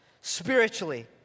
Spiritually